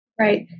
Right